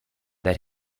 that